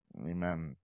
amen